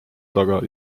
taga